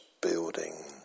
building